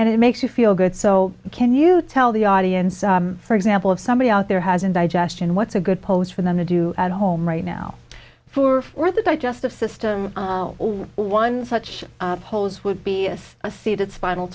and it makes you feel good so can you tell the audience for example of somebody out there has indigestion what's a good pose for them to do at home right now for for the digestive system or one such holes would be as a seed